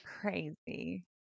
crazy